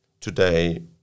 today